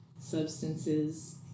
substances